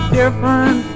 different